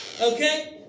Okay